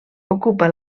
ocupa